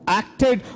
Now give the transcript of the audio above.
acted